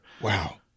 Wow